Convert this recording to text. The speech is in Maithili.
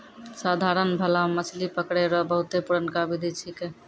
साधारण भाला मछली पकड़ै रो बहुते पुरनका बिधि छिकै